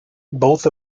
both